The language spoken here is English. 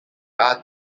are